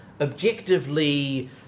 objectively